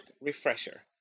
refresher